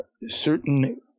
certain